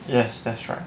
yes that's right